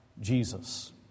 Jesus